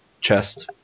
chest